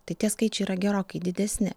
tai tie skaičiai yra gerokai didesni